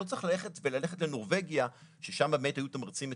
לא צריך ללכת לנורבגיה ששם באמת היו תמריצים מטורפים,